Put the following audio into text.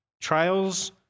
Trials